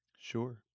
Sure